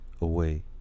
away